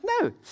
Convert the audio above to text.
no